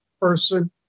person